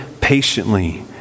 patiently